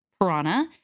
piranha